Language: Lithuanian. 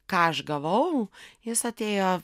ką aš gavau jis atėjo